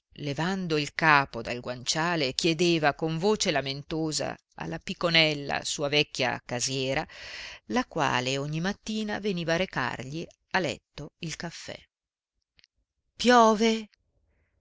levando il capo dal guanciale chiedeva con voce lamentosa alla piconella sua vecchia casiera la quale ogni mattina veniva a recargli a letto il caffè piove